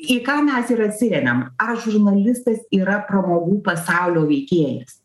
į ką mes ir atsiremiam ar žurnalistas yra pramogų pasaulio veikėjas